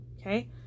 okay